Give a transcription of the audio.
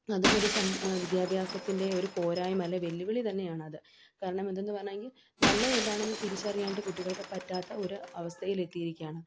അതും ഒരു സം വിദ്യാഭ്യാസത്തിൻ്റെ ഒരു പോരായ്മ അല്ല വെല്ലുവിളി തന്നെയാണ് അത് കാരണം ഇതെന്ന് പറഞ്ഞെങ്കിൽ നല്ലത് എന്താണെന്ന് തിരിച്ചറിയാണ്ട് കുട്ടികൾക്ക് പറ്റാത്ത ഒരു അവസ്ഥയിൽ എത്തിയിരിക്കുകയാണ്